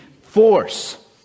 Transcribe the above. force